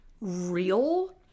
real